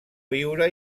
viure